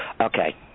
Okay